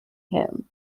him